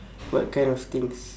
what kind of things